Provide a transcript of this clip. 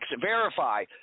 verify